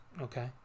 Okay